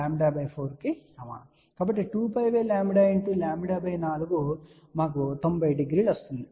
కాబట్టి2 λ 4 మాకు 900 ఇస్తుంది